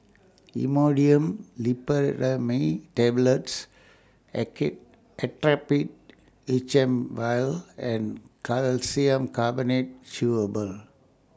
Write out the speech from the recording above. Imodium Loperamide Tablets Actrapid H M Vial and Calcium Carbonate Chewable